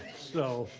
so